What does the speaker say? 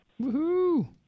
woohoo